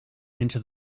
into